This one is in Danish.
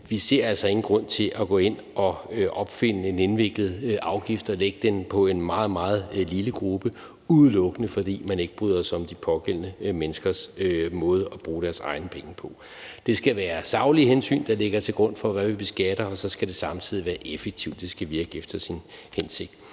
vi ser altså ingen grund til at gå ind og opfinde en indviklet afgift og lægge den på en meget, meget lille gruppe, udelukkende fordi man ikke bryder sig om de pågældende menneskers måde at bruge deres egne penge på. Det skal være saglige hensyn, der ligger til grund for, hvad vi beskatter, og så skal det samtidig være effektivt. Det skal virke efter sin hensigt.